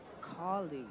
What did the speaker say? colleague